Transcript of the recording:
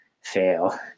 fail